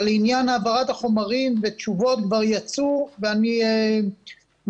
אבל לעניין העברת החומרים תשובות כבר יצאו ואני מבטיח